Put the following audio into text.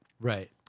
Right